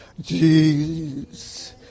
Jesus